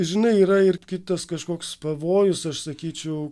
žinai yra ir kitas kažkoks pavojus aš sakyčiau